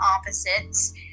opposites